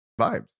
Vibes